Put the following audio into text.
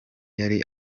yari